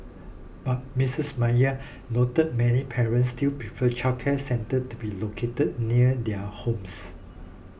but Missus Maya noted many parents still prefer childcare centres to be located near their homes